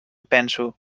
penso